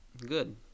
Good